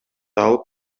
алып